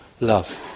love